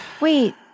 Wait